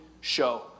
show